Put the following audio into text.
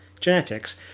Genetics